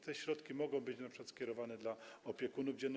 Te środki mogą być np. skierowane do opiekunów dziennych.